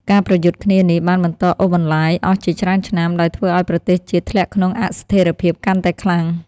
ការប្រយុទ្ធគ្នានេះបានបន្តអូសបន្លាយអស់ជាច្រើនឆ្នាំ ដោយធ្វើឱ្យប្រទេសជាតិធ្លាក់ក្នុងអស្ថិរភាពកាន់តែខ្លាំង។